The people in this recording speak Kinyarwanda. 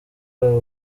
waba